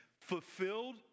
Fulfilled